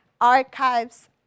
archives